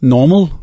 Normal